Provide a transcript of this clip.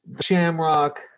Shamrock